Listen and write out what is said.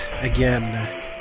again